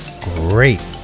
great